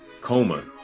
Coma